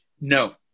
No